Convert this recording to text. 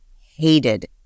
hated